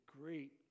great